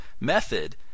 method